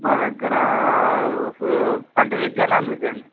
మా దగ్గర అంటే వెజ్జా నాన్ వెజ్జా అండి